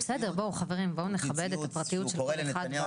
בואו נכבד את הפרטיות שלו.